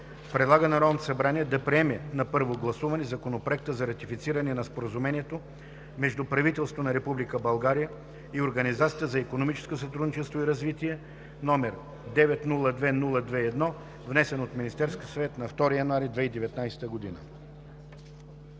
Предлага на Народното събрание да приеме на първо гласуване Законопроекта за ратифициране на Споразумението между правителството на Република България и Организацията за икономическо сътрудничество и развитие, № 902-02-1, внесен от Министерския съвет на 2 януари 2019 г.“